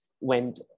went